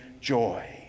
joy